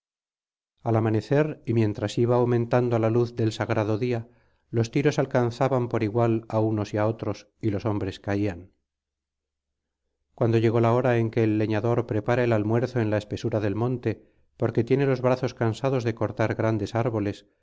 al amanecer y mientras iba aumentando la luz del sagrado día los tiros alcanzaban por igual á unos y á otros y los hombres caían cuando llegó la hora en que el leñador prepara el almuerzo en la espesura del monte porque tiene los brazos cansados de cortar grandes árboles